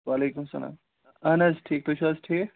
وعلیکُم السلام اہن حظ ٹھیٖک تُہۍ چھُو حظ ٹھیٖک